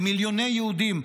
במיליוני יהודים,